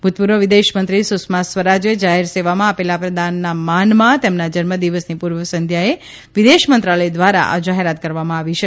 ભૂતપૂર્વ વિદેશમંત્રી સુષ્માં સ્વરાજે જાહેરસેવામાં આપેલા પ્રદાનના માનમાં તેમના જન્મદિવસની પૂર્વસંધ્યાએ વિદેશમંત્રાલય દ્વારા આ જાહેરાત કરવામાં આવી છે